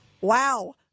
Wow